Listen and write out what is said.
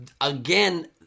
again